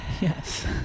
yes